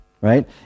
right